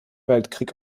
weltkrieg